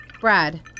Brad